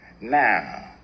Now